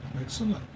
Excellent